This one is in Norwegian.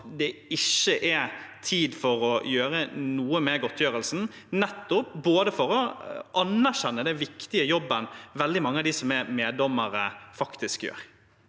at det ikke er tid for å gjøre noe med godtgjørelsen nettopp for å anerkjenne den viktige jobben veldig mange av dem som er meddommere, faktisk gjør?